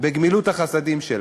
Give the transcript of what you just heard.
בגמילות החסדים שלה.